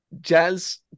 Jazz